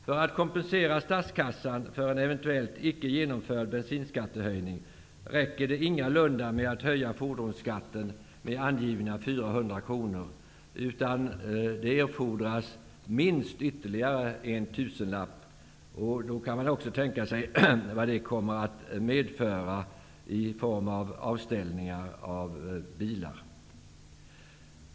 För att kompensera statskassan för en eventuellt icke genomförd bensinskattehöjning räcker det ingalunda med att höja fordonsskatten med angivna 400 kr, utan det erfordras minst ytterligare en tusenlapp. Det går att tänka sig vad det kommer att medföra i form av antalet avställda bilar.